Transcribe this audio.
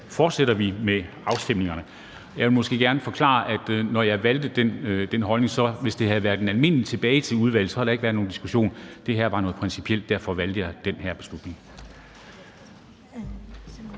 fortsætter vi behandlingen. Jeg vil gerne forklare, hvorfor jeg valgte at tage den beslutning. Hvis det havde været en beslutning om almindelig henvisning tilbage i udvalget, havde der ikke været nogen diskussion. Det her var noget principielt, og derfor valgte jeg den her beslutning.